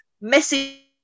message